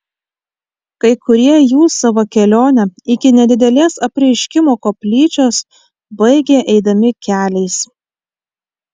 kai kurie jų savo kelionę iki nedidelės apreiškimo koplyčios baigė eidami keliais